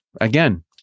again